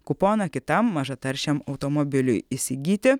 kuponą kitam mažataršiam automobiliui įsigyti